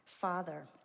Father